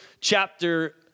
chapter